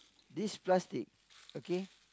this plastic okay